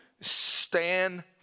Stand